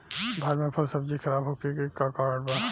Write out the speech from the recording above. भारत में फल सब्जी खराब होखे के का कारण बा?